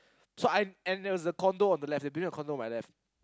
so I and there was the condo on the left they were building a condo on my left